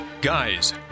Guys